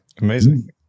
Amazing